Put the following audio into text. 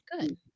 Good